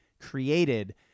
created